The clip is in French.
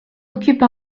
occupe